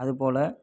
அதுபோல்